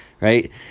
right